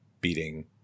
beating